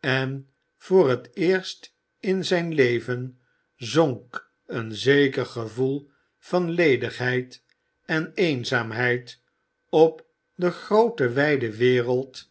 en voor het eerst in zijn leven zonk een zeker gevoel van ledigheid en eenzaamheid op de groote wijde wereld